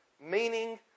meaning